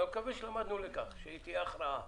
ואני מקווה שלמדנו לקח, שתהיה הכרעה,